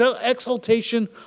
exaltation